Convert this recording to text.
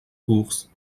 course